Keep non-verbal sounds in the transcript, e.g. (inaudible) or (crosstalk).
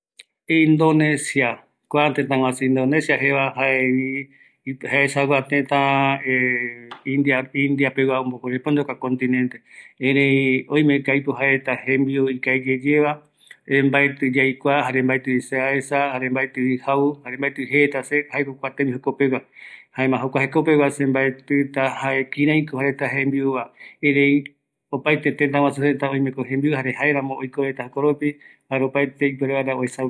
﻿Indonesia, kua tetaguasu Indonesia jeva, jae esagua teta (hesitation) indiapegua, omocorresponde jokua continente, erei oime ko aipo jaereta jembiu ikaviyeyeva (hesitation) mbaeti yaikua jare mbaetivi se aesa, jare mbaetivi jau, jare mbaetivi jeirtea se jaeko kua tembiu jokopegua jaema jokua jekopegua se mbaetita jae kireiko jaereta jembiuva, erei opaete tetaguasu reta oimeko jembiu, jare jaeramo oiko reta jokoropi.